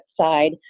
side